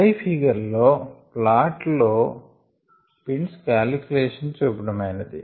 పై figure లో plot లో points calculation చూపడమైనది